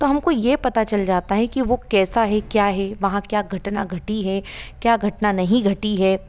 तो हम ये पता चल जाता है कि वो कैसा है क्या है वहाँ क्या घटना घटी है क्या घटना नहीं घटी है